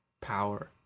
power